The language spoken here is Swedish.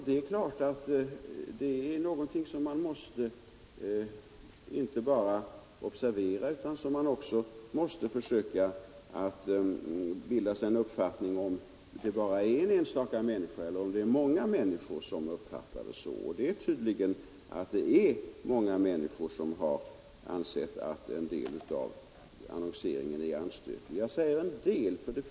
Det är klart att detta någonting som man måste inte bara observera, utan man måste också försöka få klarhet i huruvida det bara är en enstaka människa eller många som uppfattar det så. Det är tydligt att många människor har ansett att en del av annonseringen är anstötlig — jag säger en del.